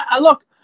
look